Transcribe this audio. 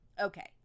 Okay